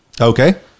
Okay